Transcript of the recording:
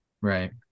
Right